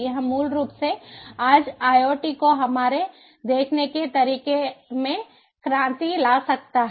यह मूल रूप से आज IoT को हमारे देखने के तरीके में क्रांति ला सकता है